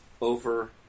over